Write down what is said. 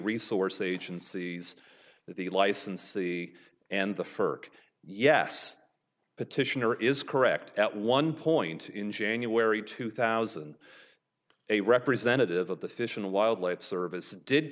resource agencies the licensee and the first yes petitioner is correct at one point in january two thousand a representative of the fish and wildlife service did